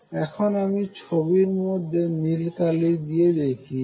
এখানে আমি ছবির মধ্যে নীল কালি দিয়ে দেখিয়েছি